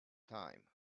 time